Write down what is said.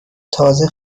تازه